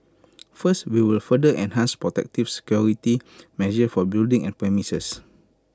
first we will further enhance protective security measures for buildings and premises